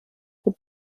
would